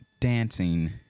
dancing